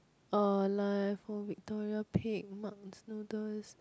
uh Victoria peak Mark's noodles